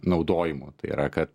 naudojimu kad